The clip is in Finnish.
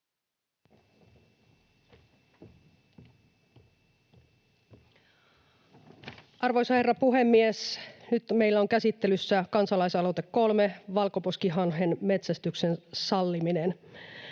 Arvoisa herra puhemies! Nyt meillä on käsittelyssä kansalaisaloite 3: Valkoposkihanhen metsästyksen salliminen.